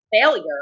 failure